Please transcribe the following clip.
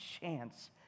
chance